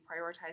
prioritize